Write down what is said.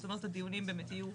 זאת אומרת הדיונים באמת יהיו